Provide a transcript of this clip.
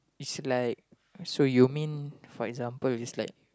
it's like so you mean for example it's like